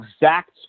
exact